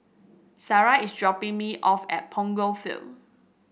Sariah is dropping me off at Punggol Field